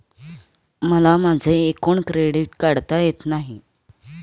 मला माझे एकूण क्रेडिट काढता येत नाही